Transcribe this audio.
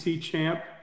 champ